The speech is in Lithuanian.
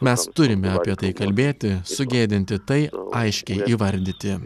mes turime apie tai kalbėti sugėdinti tai aiškiai įvardyti